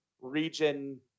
region